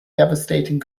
devastating